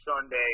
Sunday